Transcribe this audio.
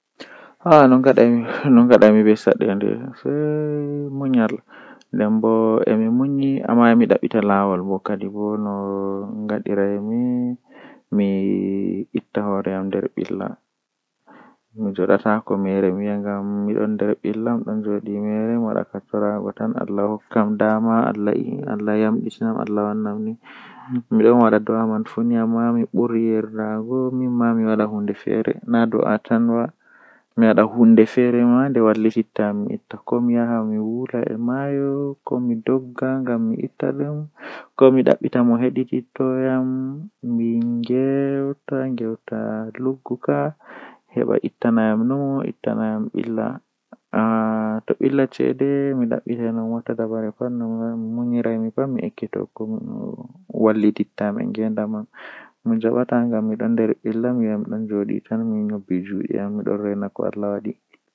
Naye, Tati, Didi, Gotel, Joye, Sappo, Jweetati, Jweenay, Jweedidi, Jeego, Sappo e nay, Sappo e joye, Sappo e didi, Sappo e go'o, Sappo e tati.